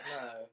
No